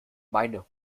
meine